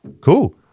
cool